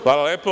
Hvala lepo.